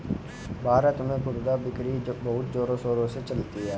भारत में खुदरा बिक्री बहुत जोरों शोरों से चलती है